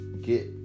get